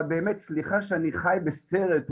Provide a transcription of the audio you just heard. אבל באמת סליחה שאני חי בסרט,